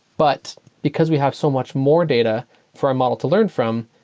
but because we have so much more data for our model to learn from,